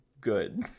good